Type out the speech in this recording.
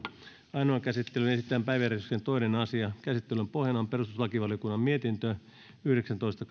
ainoaan käsittelyyn esitellään päiväjärjestyksen toinen asia käsittelyn pohjana on perustuslakivaliokunnan mietintö yhdeksäntoista